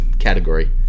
Category